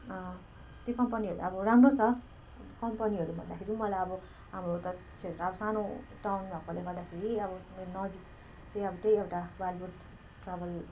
त्यो कम्पनीहरू अब राम्रो छ अब कम्पनीहरू भन्दाखेरि पनि मलाई अब हाम्रो उता क्षेत्र अब सानो टाउन भएकोले गर्दाखेरि अब मेरो नजिक चाहिँ त्यही एउटा वाइल्ड वुड ट्र्याभल